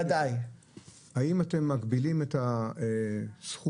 האם אתם מגבילים את הסכום,